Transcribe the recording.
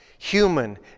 human